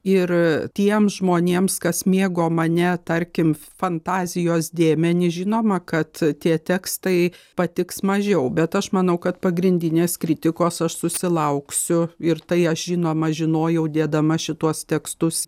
ir tiems žmonėms kas mėgo mane tarkim fantazijos dėmenį nežinomą kad tie tekstai patiks mažiau bet aš manau kad pagrindinės kritikos aš susilauksiu ir tai aš žinoma žinojau dėdama šituos tekstus